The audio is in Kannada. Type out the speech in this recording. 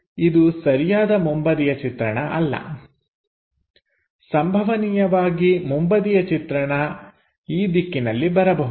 ಇದು ಸರಿಯಾದ ಮುಂಬದಿಯ ಚಿತ್ರಣ ಅಲ್ಲ ಸಂಭವನೀಯವಾಗಿ ಮುಂಬದಿಯ ಚಿತ್ರಣ ಈ ದಿಕ್ಕಿನಲ್ಲಿ ಬರಬಹುದು